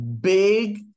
big